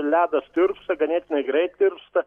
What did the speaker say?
ledas tirpsta ganėtinai greit tirpsta